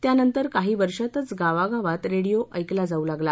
त्यानंतर काही वर्षातच गावागावात रेडिओ ऐकला जाऊ लागला